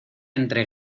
entre